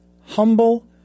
humble